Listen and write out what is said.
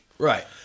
Right